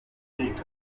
soudan